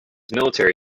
military